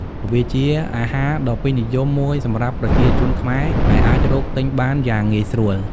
វាជាអាហារដ៏ពេញនិយមមួយសម្រាប់ប្រជាជនខ្មែរ ហើយអាចរកទិញបានយ៉ាងងាយស្រួល។